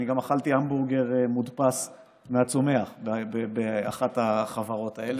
אני גם אכלתי המבורגר מודפס מהצומח באחת החברות האלה,